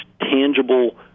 tangible